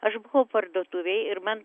aš buvau parduotuvėj ir man